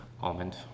almond